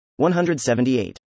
178